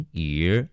year